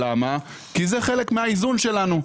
כי זה חלק מהאיזון שלנו.